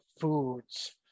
foods